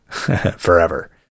forever